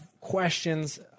questions